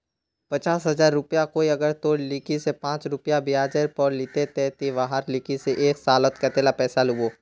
पचास हजार रुपया कोई अगर तोर लिकी से पाँच रुपया ब्याजेर पोर लीले ते ती वहार लिकी से एक सालोत कतेला पैसा लुबो?